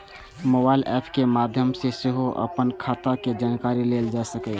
mobile app के माध्य सं सेहो अपन खाता के जानकारी लेल जा सकैए